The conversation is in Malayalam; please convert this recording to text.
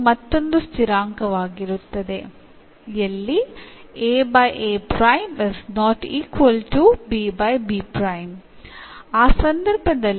ഇതിൽ എന്നിവയെല്ലാം കോൺസ്റ്റന്റ്കളും ഉം ആണ്